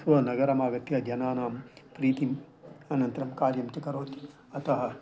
स्वनगरमागत्य जनानां प्रीतिम् अनन्तरं कार्यं च करोति अतः